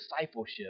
discipleship